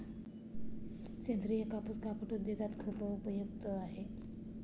सेंद्रीय कापूस कापड उद्योगात खूप उपयुक्त आहे